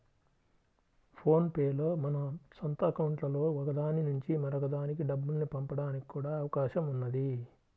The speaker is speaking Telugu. ఫోన్ పే లో మన సొంత అకౌంట్లలో ఒక దాని నుంచి మరొక దానికి డబ్బుల్ని పంపడానికి కూడా అవకాశం ఉన్నది